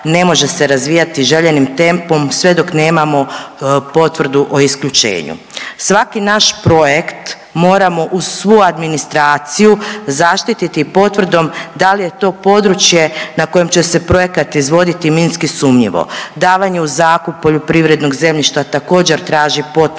ne može se razvijati željenim tempom sve dok nemamo potvrdu o isključenju. Svaki naš projekt moramo uz svu administraciju zaštiti potvrdom da li je to područje na kojem će se projekat izvoditi minski sumnjivo. Davanje u zakup poljoprivrednog zemljišta također traži potvrdu